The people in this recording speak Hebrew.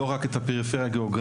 לא רק את הפריפריה הגיאוגרפית,